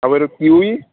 আও এইটো কিৱি